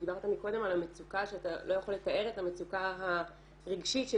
דיברת מקודם על המצוקה שאתה לא יכול לתאר את המצוקה הרגשית של